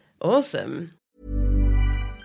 Awesome